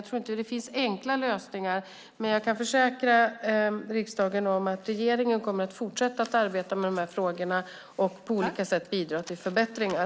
Jag tror inte att det finns enkla lösningar, men jag kan försäkra riksdagen om att regeringen kommer att fortsätta att arbeta med de här frågorna och på olika sätt bidra till förbättringar.